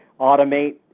automate